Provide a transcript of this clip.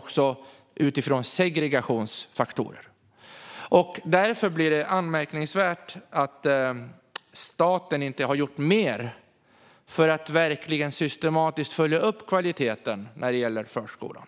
och segregationsfaktorer. Därför är det anmärkningsvärt att staten inte har gjort mer för att systematiskt följa upp kvaliteten när det gäller förskolan.